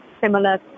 similar